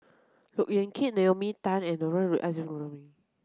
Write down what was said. Look Yan Kit Naomi Tan and Mohammad